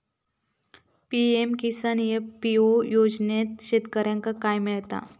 PM Kisan FPO योजनाच्यात शेतकऱ्यांका काय मिळता?